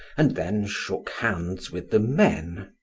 and then shook hands with the men.